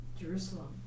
Jerusalem